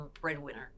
breadwinner